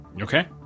Okay